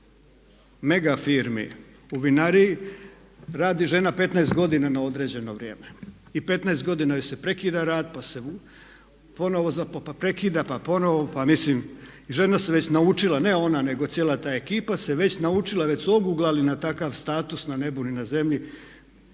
mega firmi u vinariji radi žena 15 godina na određeno vrijeme. I 15 godina joj se prekida rad pa se ponovno zapošljava pa prekida pa ponovno, pa mislim žene su već naučile, ne ona, nego cijela ta ekipa se već naučila, već su oguglali na takav status na nebu ni na zemlji